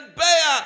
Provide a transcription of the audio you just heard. bear